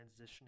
transitioning